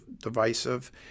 divisive